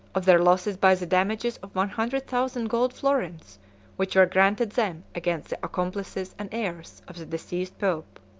of their losses by the damages of one hundred thousand gold florins which were granted them against the accomplices and heirs of the deceased pope.